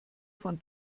von